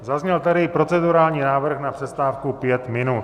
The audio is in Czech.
Zazněl tady procedurální návrh na přestávku pět minut.